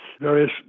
various